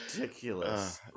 Ridiculous